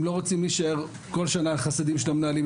הם לא רוצים להישאר כל שנה לחסדים של המנהלים,